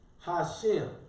Hashem